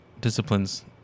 disciplines